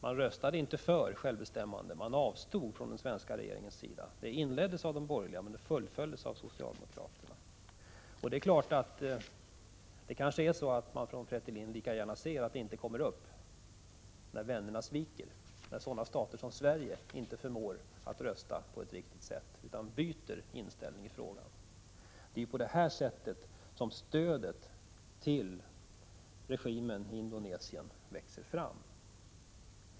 Man röstade inte för för självbestämmande. Den svenska regeringen avstod. Det hela inleddes av en borgerlig regering men fullföljdes av en socialdemokratisk. Kanske man inom Fretilin lika gärna ser att ärendet inte kommer upp, när nu vännerna sviker, när sådana stater som Sverige inte förmår rösta på ett riktigt sätt utan byter inställning i frågan. Det är så här det går till när stödet till regimen i Indonesien växer fram.